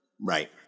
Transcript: right